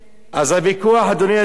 הוא לא רק על הנושא העסקי.